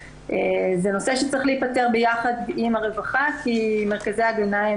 אבל אני חושבת שלא רצינו להוציא נוהל שמבחינתנו הוא